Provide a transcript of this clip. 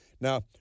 Now